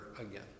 again